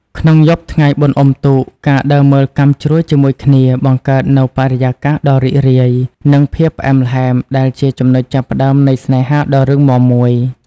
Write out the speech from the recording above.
ក្នុងយប់ថ្ងៃបុណ្យអុំទូក ការដើរមើលកាំជ្រួចជាមួយគ្នា បង្កើតនូវបរិយាកាសដ៏រីករាយ និងភាពផ្អែមល្ហែម ដែលជាចំណុចចាប់ផ្ដើមនៃស្នេហាដ៏រឹងមាំមួយ។